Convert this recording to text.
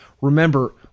remember